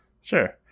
sure